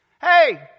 hey